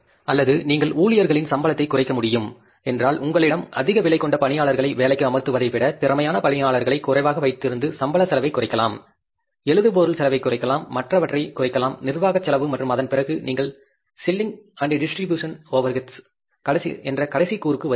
அல்லது நீங்கள் ஊழியர்களின் சம்பளத்தை குறைக்க முடியும் என்றால் உங்களிடம் அதிக விலை கொண்ட பணியாளர்களை வேலைக்கு அமர்த்துவதை விட திறமையான பணியாளர்களைக் குறைவாக வைத்திருந்து சம்பள செலவைக் குறைக்கலாம் எழுதுபொருள் செலவைக் குறைக்கலாம் மற்றவற்றைக் குறைக்கலாம் நிர்வாக செலவு மற்றும் அதன் பிறகு நீங்கள் செல்லிங் அண்ட் டிஸ்ட்ரிபியூஷன் ஓவர்ஹெட்ஸ் என்ற கடைசி கூறுக்கு வருகிறீர்கள்